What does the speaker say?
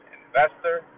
investor